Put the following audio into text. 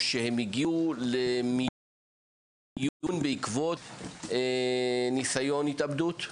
או שהגיעו למיון בעקבות ניסיון התאבדות?